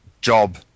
job